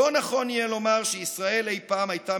לא נכון יהיה לומר שישראל אי פעם הייתה